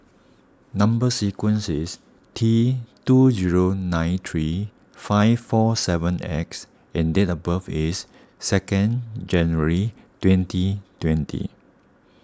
Number Sequence is T two zero nine three five four seven X and date of birth is second January twenty twenty